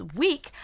week